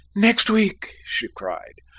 next week! she cried.